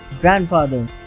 Grandfather